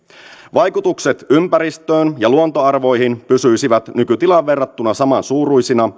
vaikutukset ympäristöön ja luontoarvoihin pysyisivät nykytilaan verrattuna samansuuruisina